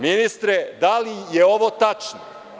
Ministre, da li je ovo tačno?